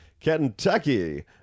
Kentucky